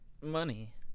money